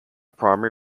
primary